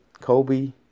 Kobe